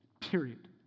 period